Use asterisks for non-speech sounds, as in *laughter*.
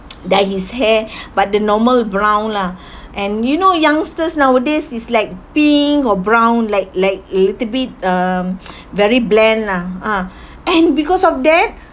dyed his hair *breath* but the normal brown lah *breath* and you know youngsters nowadays is like pink or brown like like a little bit um very blend lah ah and because of that